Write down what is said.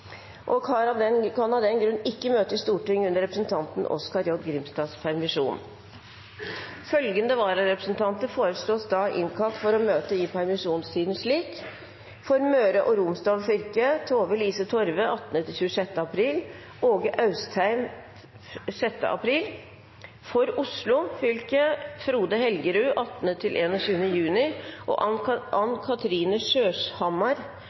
og kan av den grunn ikke møte i Stortinget under representanten Oskar J. Grimstads permisjon. Følgende vararepresentanter foreslås innkalt for å møte i permisjonstiden slik: For Møre og Romsdal fylke: Tove-Lise Torve 18.–26. april, Åge Austheim 6. april For Oslo fylke: Frode Helgerud 18. april–21. juni, Ann Kathrine Skjørshammer 18. og